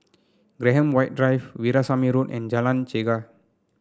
Graham White Drive Veerasamy Road and Jalan Chegar